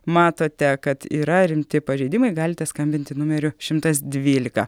matote kad yra rimti pažeidimai galite skambinti numeriu šimtas dvylika